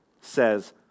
says